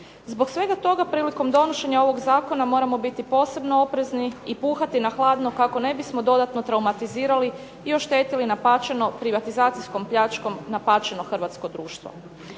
Zbog svega toga prilikom donošenja ovog zakona moramo biti posebno oprezni i puhati na hladno kako ne bismo dodatno traumatizirali i oštetili napaćeno, privatizacijskom pljačkom, napaćeno hrvatsko društvo.